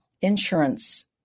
insurance